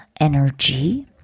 energy